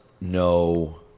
no